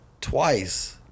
Twice